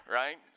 right